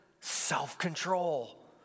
self-control